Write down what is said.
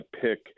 pick